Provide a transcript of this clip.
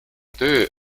töö